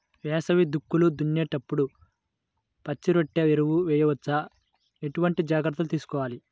వేసవి దుక్కులు దున్నేప్పుడు పచ్చిరొట్ట ఎరువు వేయవచ్చా? ఎటువంటి జాగ్రత్తలు తీసుకోవాలి?